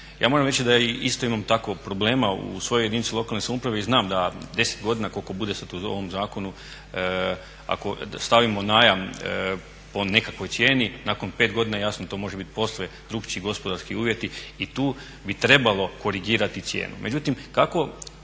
Ja moram reći da isto imam tako problema u svojoj jedinici lokalne samouprave i znam da 10 godina koliko bude sad u ovom zakonu ako stavimo najam po nekakvoj cijeni, nakon 5 godina jasno to može biti posve drukčiji gospodarski uvjeti i tu bi trebalo korigirati cijenu.